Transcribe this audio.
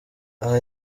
aha